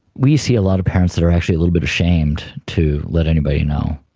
we see a lot of parents that are actually a little bit ashamed to let anybody know,